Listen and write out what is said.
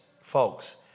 Folks